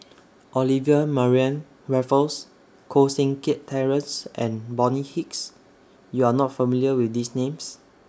Olivia Mariamne Raffles Koh Seng Kiat Terence and Bonny Hicks YOU Are not familiar with These Names